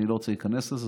אני לא רוצה להיכנס לזה,